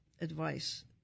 advice